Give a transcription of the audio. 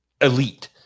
elite